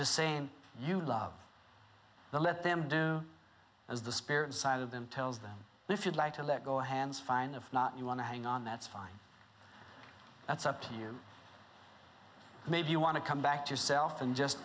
just saying you love let them do as the spirit inside of them tells them if you'd like to let go of hands fine if not you want to hang on that's fine that's up to you maybe you want to come back to your self and just